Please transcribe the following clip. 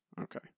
Okay